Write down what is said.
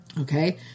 okay